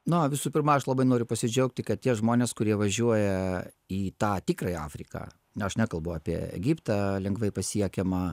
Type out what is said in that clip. na visų pirma aš labai noriu pasidžiaugti kad tie žmonės kurie važiuoja į tą tikrąją afriką na aš nekalbu apie egiptą lengvai pasiekiamą